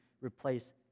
replace